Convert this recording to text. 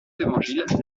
évangiles